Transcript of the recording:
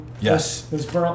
Yes